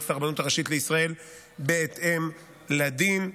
ולמועצת הרבנות הראשית לישראל בהתאם לדין.